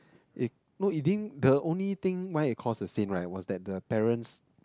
it no it didn't the only thing why it caused a scene right was that the parents